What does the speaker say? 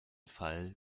fall